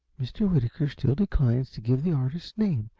mr. whitaker still declines to give the artist's name,